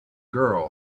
girl